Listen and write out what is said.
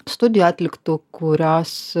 studijų atliktų kurios